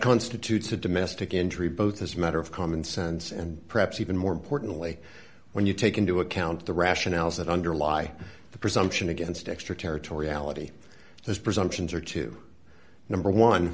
constitutes a domestic injury both as a matter of common sense and perhaps even more importantly when you take into account the rationales that underlie the presumption against extraterritoriality this presumptions are to number one